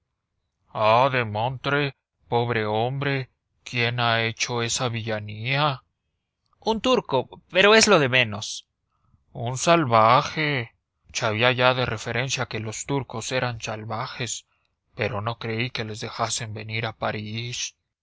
demontre pobre hombre quién ha hecho esa villanía un turco pero esto es lo de menos un salvaje sabía ya de referencia que los turcos eran salvajes pero no creí que les dejasen venir a parís